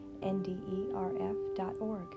nderf.org